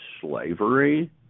slavery